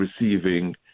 receiving